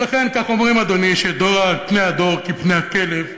ולכן כך אומרים, אדוני, שפני הדור כפני הכלב,